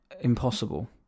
impossible